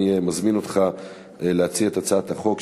אני מזמין אותך להציע את הצעת החוק,